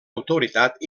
autoritat